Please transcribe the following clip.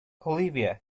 olivia